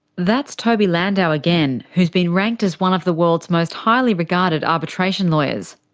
that's toby landau again, who's been ranked as one of the world's most highly regarded arbitration lawyers.